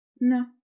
No